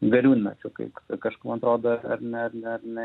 gariūnmečiu kaip kažk man atrodo ar ne ar ne ar ne